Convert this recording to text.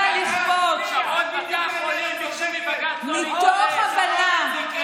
אם בג"ץ לא יתערב?